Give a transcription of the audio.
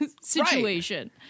situation